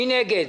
מי נגד?